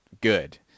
good